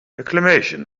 acclamation